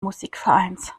musikvereins